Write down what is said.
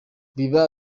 biba